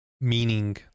meaning